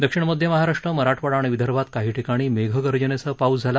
दक्षिण मध्य महाराष्ट्र मराठवाडा अणि विदर्भात काही ठिकाणी मेघगर्जनेसह पाऊस झाला